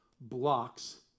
blocks